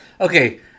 Okay